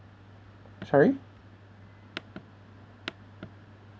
sorry